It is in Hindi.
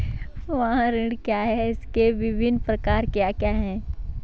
वाहन ऋण क्या है इसके विभिन्न प्रकार क्या क्या हैं?